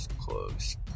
Close